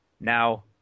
Now